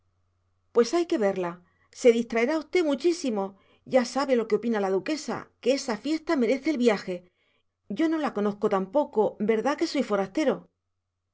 pues hay que verla se distraerá usted muchísimo ya sabe lo que opina la duquesa que esa fiesta merece el viaje yo no la conozco tampoco verdá que soy forastero